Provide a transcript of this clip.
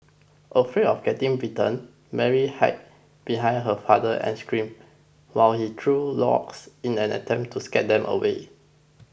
afraid of getting bitten Mary hid behind her father and screamed while he threw rocks in an attempt to scare them away